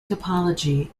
topology